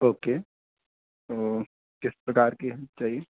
okay तो किस प्रकार की चाहिए